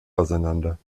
auseinander